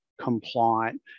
compliant